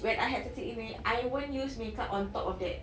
when I had cystic acne I won't use makeup on top of that